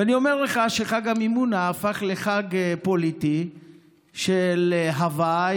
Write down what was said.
ואני אומר לך שחג המימונה הפך לחג פוליטי של הוויי